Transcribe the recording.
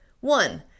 One